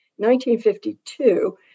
1952